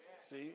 See